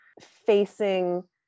facing